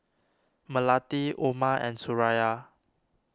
Melati Umar and Suraya